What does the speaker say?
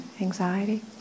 anxiety